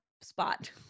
spot